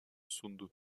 sundu